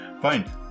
Fine